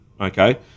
Okay